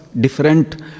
different